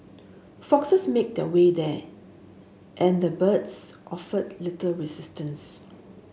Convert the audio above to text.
foxes made their way there and the birds offered little resistance